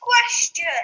question